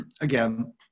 again